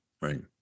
Right